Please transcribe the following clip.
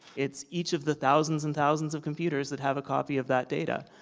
it's each of the thousands and thousands of computers that have a copy of that data.